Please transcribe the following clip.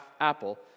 Apple